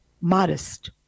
modest